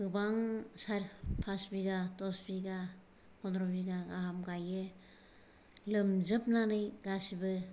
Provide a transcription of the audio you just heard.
गोबां साराय पास बिगा दस बिगा पनद्र' बिगा गाहाम गायो लोमजोबनानै गासैबो